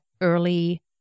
early